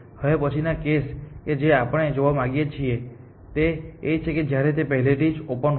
હવે પછીનો કેસ કે જે આપણે જોવા માંગીએ છીએ તે એ છે કે જ્યારે તે પહેલેથી જ ઓપન હોય